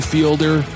Fielder